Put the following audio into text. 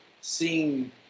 seeing